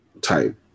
type